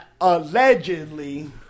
allegedly